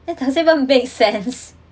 it doesn't even make sense